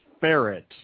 ferret